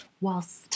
Whilst